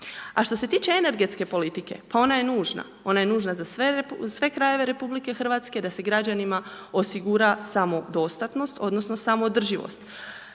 A što se tiče energetske politike, pa ona je nužna, ona je nužna za sve krajeve RH da se građanima osigura samodostatnost odnosno samoodrživost.